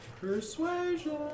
Persuasion